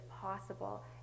possible